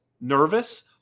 nervous